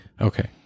Okay